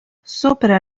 sopra